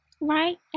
right